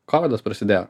kovidas prasidėjo